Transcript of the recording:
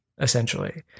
essentially